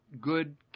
good